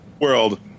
world